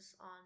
on